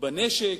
בנשק,